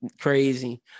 Crazy